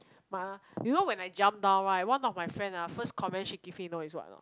my you know when I jump down right one of my friend ah first comment she give me you know is what or not